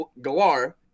Galar